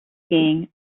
skiing